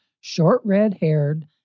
short-red-haired